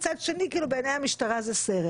ומצד שני בעיני המשטרה זה כאילו סרט.